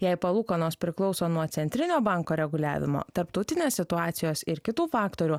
jei palūkanos priklauso nuo centrinio banko reguliavimo tarptautinės situacijos ir kitų faktorių